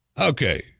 Okay